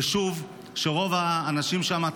יישוב שרוב האנשים בו,